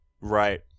Right